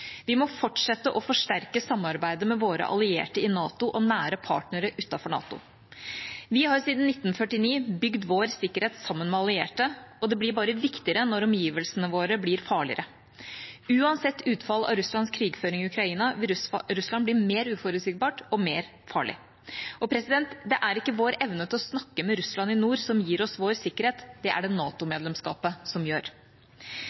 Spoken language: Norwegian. Vi må fortsette å forsterke samarbeidet med våre allierte i NATO og nære partnere utenfor NATO. Vi har siden 1949 bygd vår sikkerhet sammen med allierte, og det blir bare viktigere når omgivelsene våre blir farligere. Uansett utfall av Russlands krigføring i Ukraina vil Russland bli mer uforutsigbar og mer farlig. Det er ikke vår evne til å snakke med Russland i nord som gir oss vår sikkerhet – det er det NATO-medlemskapet som gjør.